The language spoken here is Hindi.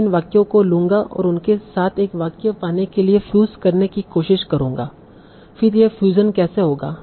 मैं इन वाक्यों को लूँगा और उन्हें एक साथ एक वाक्य पाने के लिए फ्यूज करने की कोशिश करूंगा फिर यह फ्यूज़न कैसे होगा